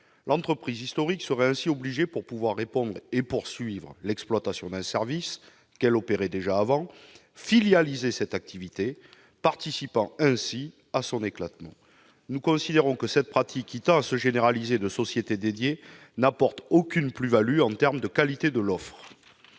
L'entreprise historique serait ainsi obligée, pour pouvoir répondre et poursuivre l'exploitation d'un service qu'elle opérait déjà avant, de filialiser cette activité, participant ainsi à son éclatement. Nous considérons que cette pratique de « société dédiée », qui tend à se généraliser, n'apporte aucune plus-value en termes de qualité de l'offre.